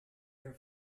air